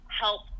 help